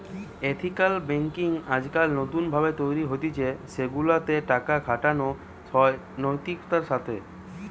ethical banking আজকাল নতুন ভাবে তৈরী হতিছে সেগুলা তে টাকা খাটানো হয় নৈতিকতার সাথে